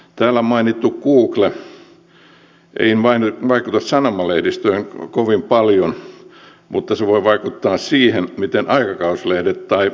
täällä mainittu google ei vaikuta sanomalehdistöön kovin paljon mutta se voi vaikuttaa siihen miten aikakauslehdet tai televisio menestyvät